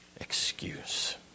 excuse